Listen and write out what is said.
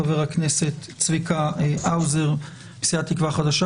חבר הכנסת צביקה האוזר מסיעת תקווה חדשה